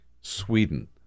Sweden